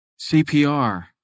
CPR